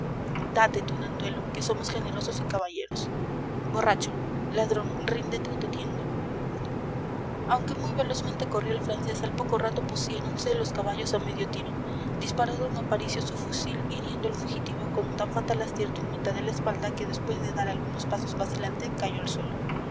date tunantuelo que somos generosos y caballeros borracho ladrón ríndete o te tiendo aunque muy velozmente corría el francés al poco rato pusiéronse los caballos a medio tiro disparó d aparicio su fusil hiriendo al fugitivo con tan fatal acierto en mitad de la espalda que después de dar algunos pasos vacilantes cayó al suelo